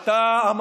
אתה הצלחת מלא.